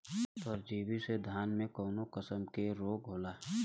परजीवी से धान में कऊन कसम के रोग होला?